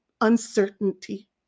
uncertainty